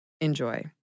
Enjoy